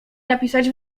napisać